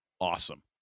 awesome